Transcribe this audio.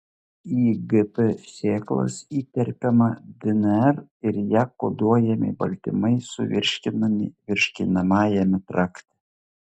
į gp sėklas įterpiama dnr ir ja koduojami baltymai suvirškinami virškinamajame trakte